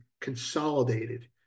consolidated